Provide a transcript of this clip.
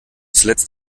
zuletzt